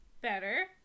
better